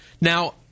Now